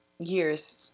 years